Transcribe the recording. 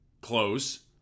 close